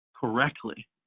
correctly